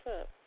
up